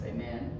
Amen